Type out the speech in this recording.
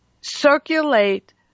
circulate